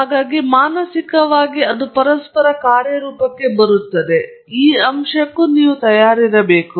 ಆದ್ದರಿಂದ ಇದು ಮಾನಸಿಕವಾಗಿ ಅದು ಪರಸ್ಪರ ಕಾರ್ಯರೂಪಕ್ಕೆ ಬರುತ್ತದೆ ಎಂಬ ಅಂಶಕ್ಕೆ ತಯಾರಿಸಬೇಕು